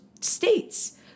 states